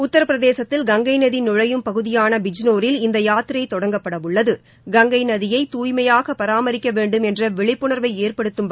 உத்தரப்பிரதேசத்தில் கங்கை நதி நுழையும் பகுதியான பிஜ்னோரில் இந்த யாத்திரை தொடங்கப்பட கங்கை நதியை தூய்மையாக பராமரிக்க வேண்டும் என்ற விழிப்புணர்வை ஏற்படுத்தும் உள்ளது